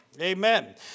Amen